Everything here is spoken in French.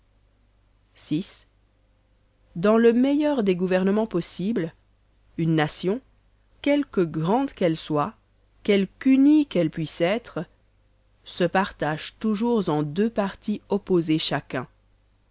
vi dans le meilleur des gouvernemens possible une nation quelque grande qu'elle soit quelqu'unie qu'elle puisse être se partage toujours en deux partis opposés chacun